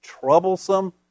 troublesome